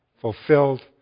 fulfilled